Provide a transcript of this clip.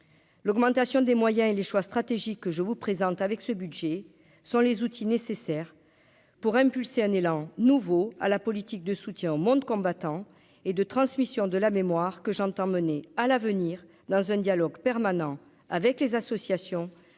l'augmentation des moyens et les choix stratégiques, je vous présente, avec ce budget, sans les outils nécessaires pour impulser un élan nouveau à la politique de soutien au monde combattant et de transmission de la mémoire, que j'entends mener à l'avenir dans un dialogue permanent avec les associations,